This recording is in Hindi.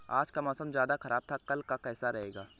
आज का मौसम ज्यादा ख़राब था कल का कैसा रहेगा?